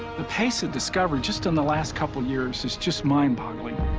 the pace of discovery, just in the last couple of years, is just mindboggling.